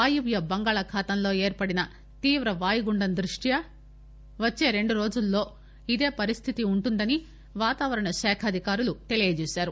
వాయువ్య బంగాళాఖాతంలో ఏర్పడిన తీవ్ర వాయుగుండం దృష్ట్యా వచ్చే రెండురోజుల్లో ఇదే పరిస్థితి ఉంటుందని వాతావరణ శాఖ అధికారులు తెలీయజేశారు